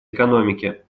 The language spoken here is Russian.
экономики